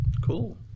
cool